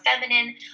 feminine